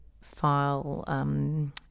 file